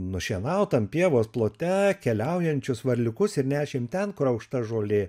nušienautam pievos plote keliaujančius varliukus ir nešėm ten kur aukšta žolė